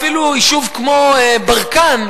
אפילו יישוב כמו ברקן,